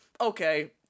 okay